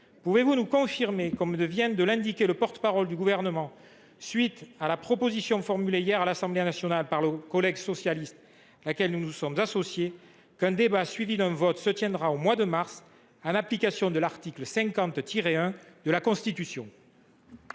Pouvez vous nous confirmer, comme vient de l’indiquer la porte parole du Gouvernement, à la suite de la proposition formulée hier à l’Assemblée nationale par nos collègues socialistes, à laquelle nous nous sommes associés, qu’un débat suivi d’un vote se tiendra au mois de mars, en application de l’article 50 1 de la Constitution ?